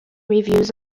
reviews